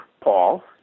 Paul